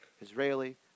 Israeli